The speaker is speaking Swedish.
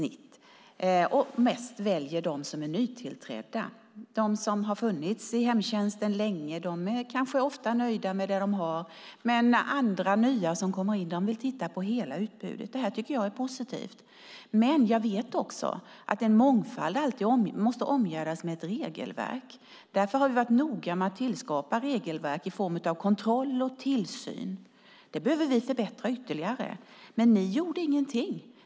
Mest väljer de som är nytillträdda. De som har funnits i hemtjänsten länge kanske ofta är nöjda med det de har, men nya som kommer in vill titta på hela utbudet. Jag tycker att det är positivt. Men jag vet också att en mångfald alltid måste omgärdas av ett regelverk. Därför har vi varit noga med att tillskapa regelverk i form av kontroll och tillsyn. Det behöver vi förbättra ytterligare. Men ni gjorde ingenting.